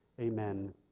Amen